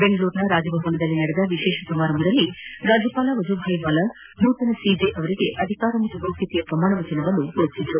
ಬೆಂಗಳೂರಿನ ರಾಜಭವನದಲ್ಲಿ ನಡೆದ ವಿಶೇಷ ಸಮಾರಂಭದಲ್ಲಿ ರಾಜ್ಯಪಾಲ ವಜೂ ಭಾಯಿ ವಾಲಾ ನೂತನ ಸಿಜೆ ಅವರಿಗೆ ಅಧಿಕಾರ ಮತ್ತು ಗೋಷ್ಣತೆಯ ಪ್ರಮಾಣ ವಚನವನ್ನು ಬೋಧಿಸಿದರು